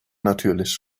natürlich